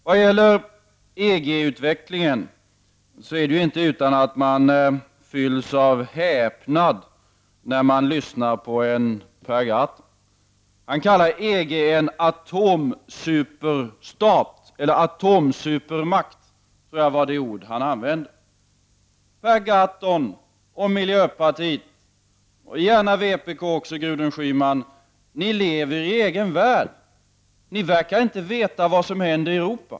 Vad gäller EG-utvecklingen är det inte utan att man fylls av häpnad när man lyssnar på Per Gahrton. Han kallar EG för en atomsupermakt. Per Gahrton och miljöpartiet liksom även vpk och Gudrun Schyman lever i sin egen värld. Ni tycks inte veta vad som händer i Europa.